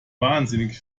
wahnsinnig